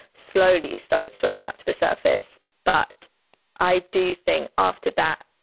slowly started swimming up to the surface. but i do think after that.